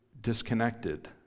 disconnected